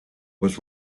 was